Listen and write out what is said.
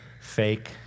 fake